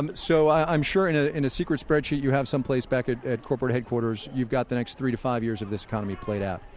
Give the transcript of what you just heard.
and so i'm sure in ah in a secret spreadsheet you have some place back at at corporate headquarters, you've got the next three to five years of this economy played out.